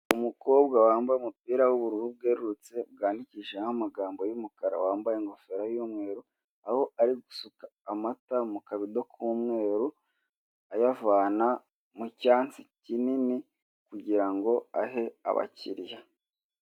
Umukobwa wambaye umupira w'ubururu bwerurutse bwandikishijeho amagambo y'umukara, wambaye ingofero y'umweru. Aho ari gusuka amata mu kabido k'umweru, ayavana mu cyansi kinini kugirango ahe abakiriya.